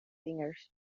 vingers